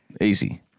Easy